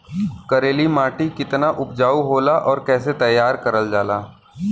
करेली माटी कितना उपजाऊ होला और कैसे तैयार करल जाला?